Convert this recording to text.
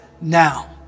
now